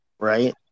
Right